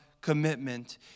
commitment